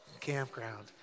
campground